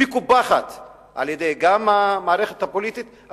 מקופחת גם על-ידי המערכת הפוליטית,